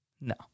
No